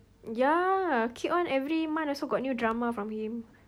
ya keep on every month also got new drama from him